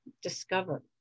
Discover